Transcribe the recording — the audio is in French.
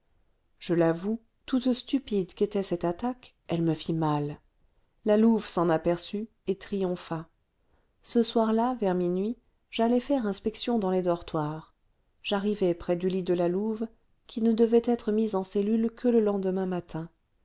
je l'avoue toute stupide qu'était cette attaque elle me fit mal la louve s'en aperçut et triompha ce soir-là vers minuit j'allai faire inspection dans les dortoirs j'arrivai près du lit de la louve qui ne devait être mise en cellule que le lendemain matin